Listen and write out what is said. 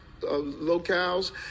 locales